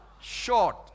short